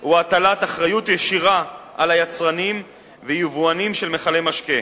הוא הטלת אחריות ישירה על יצרנים ויבואנים של מכלי משקה.